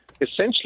essentially